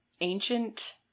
Ancient